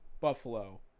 Buffalo